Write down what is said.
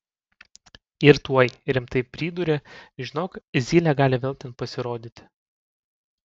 ir tuoj rimtai pridūrė žinok zylė gali vėl ten pasirodyti